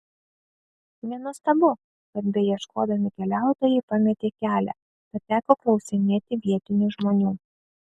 nenuostabu kad beieškodami keliautojai pametė kelią tad teko klausinėti vietinių žmonių